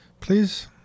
Please